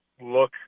look